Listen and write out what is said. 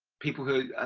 people who